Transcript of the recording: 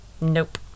Nope